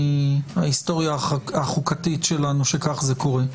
מההיסטוריה החוקתית שלנו שכך זה קורה.